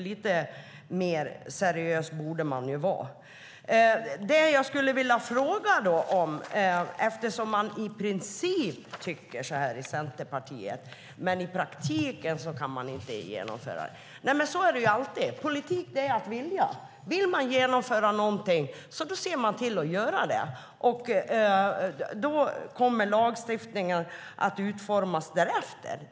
Lite mer seriös borde Johan Linander vara. I princip tycker Centerpartiet som vi, men i praktiken kan ni inte genomföra det. Men som alltid är politik att vilja. Vill man genomföra något ser man till att göra det, och då kommer lagstiftningen att utformas därefter.